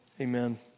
amen